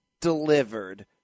delivered